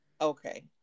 Okay